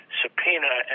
subpoena